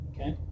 Okay